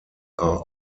are